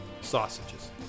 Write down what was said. Sausages